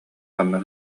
ханна